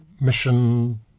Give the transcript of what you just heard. mission